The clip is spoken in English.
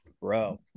Bro